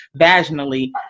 vaginally